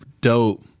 dope